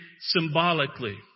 symbolically